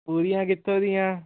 ਪੂਰੀਆਂ ਕਿੱਥੋਂ ਦੀਆਂ